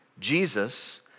Jesus